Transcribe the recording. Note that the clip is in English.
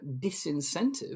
disincentive